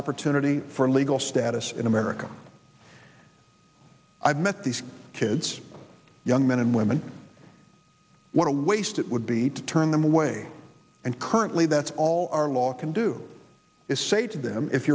opportunity for legal status in america i've met these kids young men and women what a waste it would be to turn them away and currently that's all our law can do is say to them if